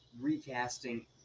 recasting